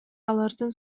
алардын